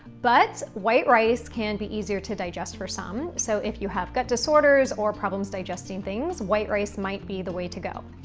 but white rice can be easier to digest for some, so if you have gut disorders or problems digesting things, white rice might be the way to go.